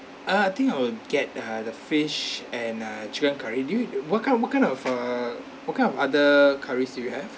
uh I think I would get uh the fish and uh chicken curry deal what kind what kind of err what kind of other curries do you have